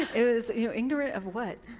it was you know ignorance of what?